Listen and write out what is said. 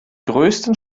größten